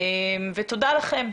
תודה לכם.